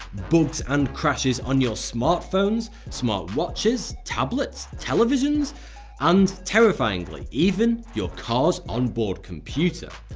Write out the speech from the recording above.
bugs and crashes on your smartphones, smart watches, tablets, televisions and terrifyingly, even your car's on-board computer.